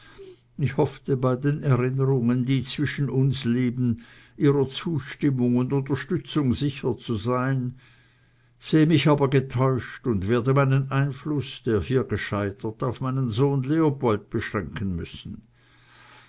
ich hoffte bei den erinnerungen die zwischen uns leben ihrer zustimmung und unterstützung sicher zu sein sehe mich aber getäuscht und werde meinen einfluß der hier gescheitert auf meinen sohn leopold beschränken müssen